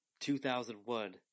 2001